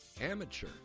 Amateur